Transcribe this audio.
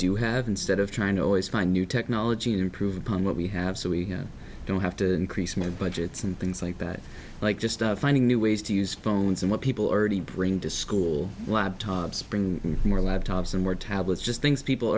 do have instead of trying to always find new technology to improve upon what we have so we don't have to increase my budgets and things like that like just finding new ways to use phones and what people already bring to school laptops bring more laptops and more tablets just things people